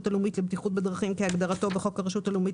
הלאומית לבטיחות בדרכים כהגדרתו בחוק הרשות הלאומית